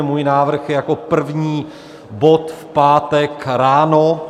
Můj návrh je jako první bod v pátek ráno.